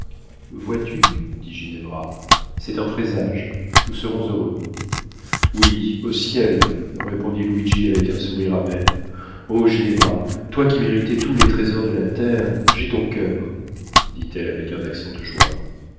vois-tu dit ginevra c'est un présage nous serons heureux oui au ciel répondit luigi avec un sourire amer o ginevra toi qui méritais tous les trésors de la terre j'ai ton coeur dit-elle avec un accent de joie